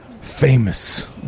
famous